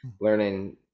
learning